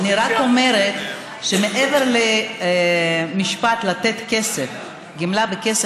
אני רק אומרת שמעבר למשפט: לתת גמלה בכסף,